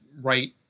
right